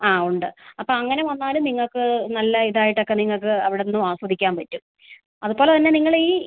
ആ ഉണ്ട് അപ്പോൾ അങ്ങനെ വന്നാലും നിങ്ങൾക്ക് നല്ല ഇത് ആയിട്ടൊക്കെ നിങ്ങൾക്ക് അവിടെ നിന്നും ആസ്വദിക്കാൻ പറ്റും അത് പോലെ തന്നെ നിങ്ങൾ ഈ